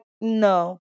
no